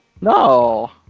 No